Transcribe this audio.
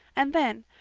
and then,